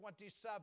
27